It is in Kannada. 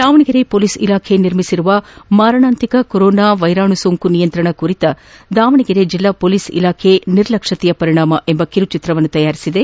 ದಾವಣಗೆರೆ ಪೋಲಿಸ್ ಇಲಾಖೆ ನಿರ್ಮಿಸಿರುವ ಮಾರಣಾಂತಿಕ ಕರೊನಾ ವೈರಾಣು ಸೋಂಕು ನಿಯಂತ್ರಣ ಕುರಿತು ದಾವಣಗೆರೆ ಜಿಲ್ಲಾ ಪೋಲಿಸ್ ಇಲಾಖೆ ನಿರ್ಲಕ್ಷ್ಯತೆಯ ಪರಿಣಾಮ ಎಂಬ ಕಿರುಚಿತ್ರವನ್ನು ತಯಾರಿಸಿದೆ